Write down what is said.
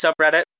subreddit